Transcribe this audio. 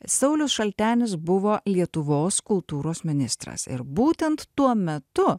saulius šaltenis buvo lietuvos kultūros ministras ir būtent tuo metu